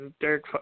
Derek